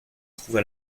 trouva